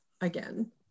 again